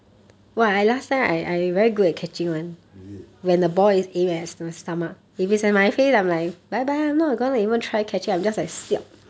is it